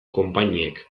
konpainiek